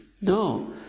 No